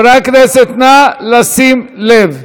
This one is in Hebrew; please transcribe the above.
נא לשים לב.